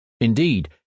Indeed